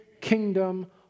kingdom